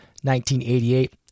1988